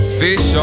fish